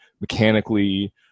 mechanically